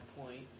point